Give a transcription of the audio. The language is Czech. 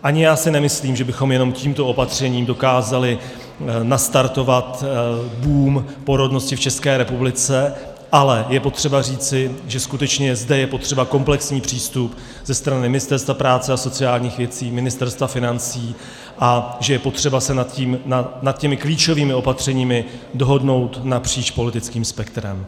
Ani já si nemyslím, že bychom jenom tímto opatřením dokázali nastartovat boom porodnosti v České republice, ale je potřeba říci, že skutečně zde je potřeba komplexní přístup ze strany Ministerstva práce a sociálních věcí, Ministerstva financí a že je potřeba se nad těmi klíčovými opatřeními dohodnout napříč politickým spektrem.